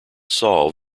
solve